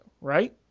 right